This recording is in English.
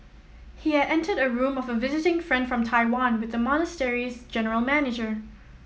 he had entered a room of a visiting friend from Taiwan with the monastery's general manager